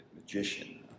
magician